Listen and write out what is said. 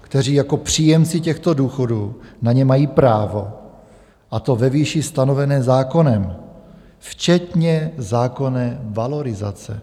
kteří jako příjemci těchto důchodů na ně mají právo, a to ve výši stanovené zákonem, včetně zákonné valorizace.